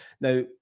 Now